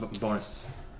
bonus